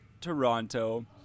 Toronto